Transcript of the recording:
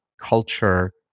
culture